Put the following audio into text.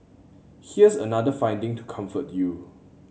here's another finding to comfort you